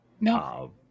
No